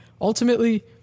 Ultimately